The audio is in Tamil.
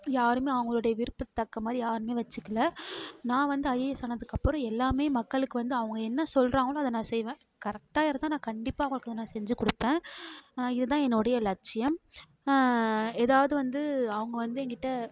யாருமே அவங்களோடைய விருப்பத்தக்க மாதிரி யாருமே வெச்சுக்கில நான் வந்து ஐஏஎஸ் ஆனதுக்கப்புறம் எல்லாமே மக்களுக்கு வந்து அவங்க என்ன சொல்கிறாங்களோ அதை நான் செய்வேன் கரெக்டாக இருந்தால் நான் கண்டிப்பாக அவங்களுக்கு நான் செஞ்சுக் கொடுப்பேன் இது தான் என்னுடைய லட்சியம் எதாவது வந்து அவங்க வந்து என்கிட்டே